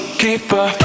keeper